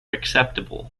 acceptable